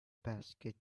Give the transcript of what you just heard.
basket